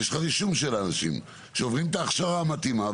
יש רישום של האנשים שעוברים את ההכשרה המתאימה,